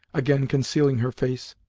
again concealing her face.